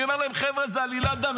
אני אומר להם: חבר'ה, זו עלילת דם.